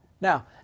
Now